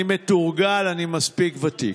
אני מתורגל, אני מספיק ותיק.